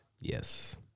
Yes